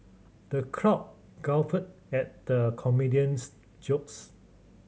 the crowd guffawed at the comedian's jokes